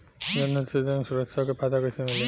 जनधन से जन सुरक्षा के फायदा कैसे मिली?